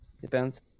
Depends